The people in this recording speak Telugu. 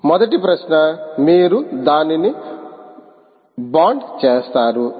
మొదటి ప్రశ్న మీరు దానిని బాండ్ చేస్తారా